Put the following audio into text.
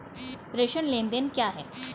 प्रेषण लेनदेन क्या है?